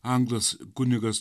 anglas kunigas